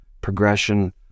progression